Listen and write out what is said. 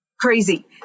crazy